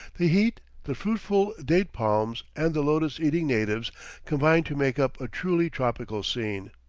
the heat, the fruitful date-palms, and the lotus-eating natives combine to make up a truly tropical scene.